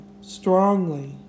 strongly